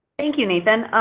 thank you, nathan.